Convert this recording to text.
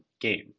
game